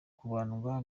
kubandwa